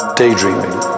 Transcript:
daydreaming